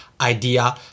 idea